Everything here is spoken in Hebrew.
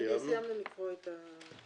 סיימנו לקרוא את ההצעה.